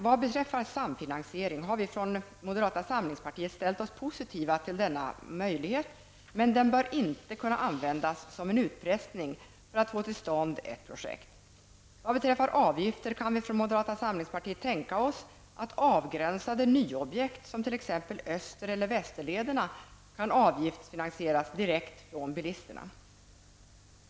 Vad beträffar samfinansiering har vi från moderata samlingspartiet ställt oss positiva till denna möjlighet, men den bör inte kunna användas som en utpressning för att få till stånd ett objekt. Vad beträffar avgifter kan vi från moderata samlingspartiet tänka oss att avgränsande nyobjekt, såsom t.ex. Öster eller Västerlederna, kan avgiftsfinansieras direkt från bilisterna.